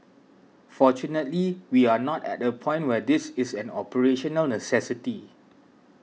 fortunately we are not at a point where this is an operational necessity